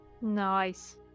Nice